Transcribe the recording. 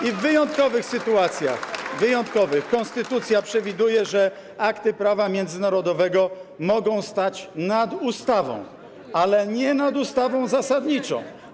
I w wyjątkowych sytuacjach - wyjątkowych - konstytucja przewiduje, że akty prawa międzynarodowego mogą stać nad ustawą, ale nie nad ustawą zasadniczą.